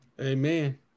Amen